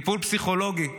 טיפול פסיכולוגי לגרושה,